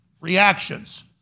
reactions